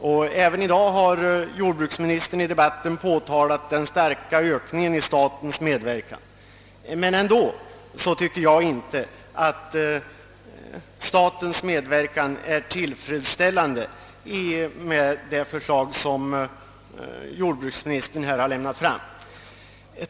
Även i dagens debatt har jordbruksministern talat om den starka ökningen i statens medverkan. Om denna medverkan endast blir vad jordbruksministern föreslagit i propositionen tycker jag dock inte att den är tillfredsställande.